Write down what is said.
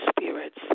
spirits